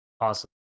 Awesome